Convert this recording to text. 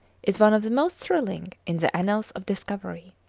is one of the most thrilling in the annals of discovery.